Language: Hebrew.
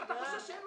התשע"ח-2018 נתקבלה.